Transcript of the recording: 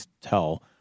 tell